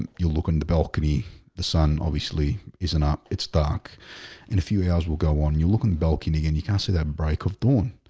ah you look in the balcony the sun obviously isn't up. it's dark in a few hours we'll go on you look on the balcony and you can see that break of dawn